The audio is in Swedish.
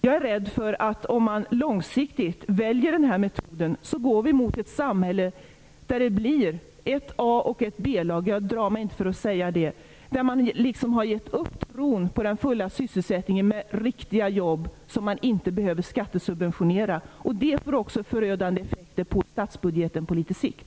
Jag är rädd för att vi, om vi långsiktigt väljer den här metoden, går mot ett samhälle där det blir ett Aoch ett B-lag -- jag drar mig inte för att säga det -- och där man har gett upp tron på den fulla sysselsättningen med riktiga jobb som inte behöver skattesubventioneras. Det får förödande effekter på statsbudgeten på sikt.